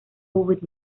with